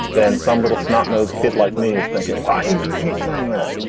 then some little snot nose kid like me is thinking why he's saying that.